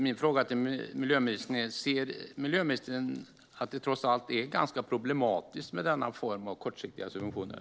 Min fråga till miljöministern är: Ser miljöministern att det trots allt är ganska problematiskt med denna form av kortsiktiga subventioner?